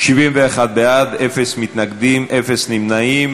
71 בעד, אין מתנגדים, אין נמנעים.